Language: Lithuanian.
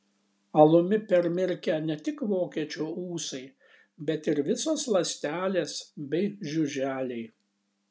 alumi permirkę ne tik vokiečio ūsai bet ir visos ląstelės bei žiuželiai